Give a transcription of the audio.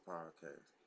Podcast